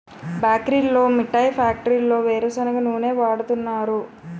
బేకరీల్లో మిఠాయి ఫ్యాక్టరీల్లో వేరుసెనగ నూనె వాడుతున్నారు